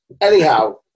Anyhow